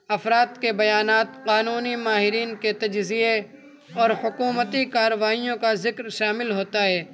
افراد کے بیانات قانونی ماہرین کے تجزیے اور حکومتی کارروائیوں کا ذکر شامل ہوتا ہے